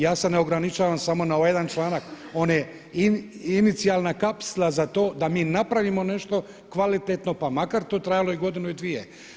Ja se ne ograničavam samo na ovaj jedan članak, on je inicijalna kapsla za to da mi napravo nešto kvalitetno pa makar to trajalo i godinu i dvije.